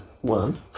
one